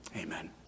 amen